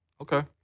Okay